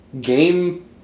game